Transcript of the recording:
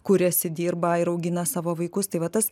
kuriasi dirba ir augina savo vaikus tai va tas